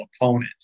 opponent